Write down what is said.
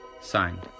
signed